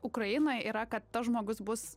ukrainoj yra kad tas žmogus bus